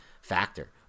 factor